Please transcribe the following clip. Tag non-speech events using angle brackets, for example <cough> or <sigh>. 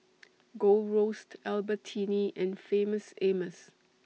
<noise> Gold Roast Albertini and Famous Amos